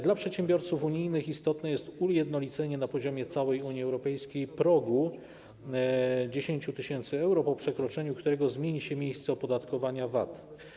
Dla przedsiębiorców unijnych istotne jest ujednolicenie na poziomie całej Unii Europejskiej progu 10 tys. euro, po którego przekroczeniu zmieni się miejsce opodatkowania VAT.